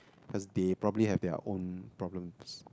as they probably have their own problems